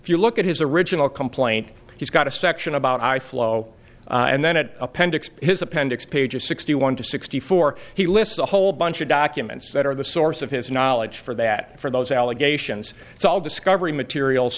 if you look at his original complaint he's got a section about i flow and then at appendix his appendix pages sixty one to sixty four he lists a whole bunch of documents that are the source of his knowledge for that for those allegations it's all discovery materials